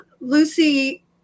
Lucy